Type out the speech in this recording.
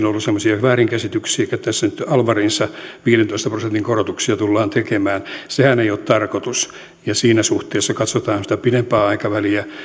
ollut semmoisia väärinkäsityksiä että tässä nyt alvariinsa viidentoista prosentin korotuksia tullaan tekemään sehän ei ole tarkoitus siinä suhteessa katsotaan sitä pidempää aikaväliä